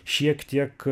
šiek tiek